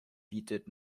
bietet